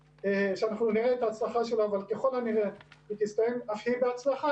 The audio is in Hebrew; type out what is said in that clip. שאנחנו נראה את ההצלחה שלה אבל ככל הנראה תסתיים אף היא בהצלחה,